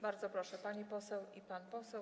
Bardzo proszę, pani poseł oraz pan poseł.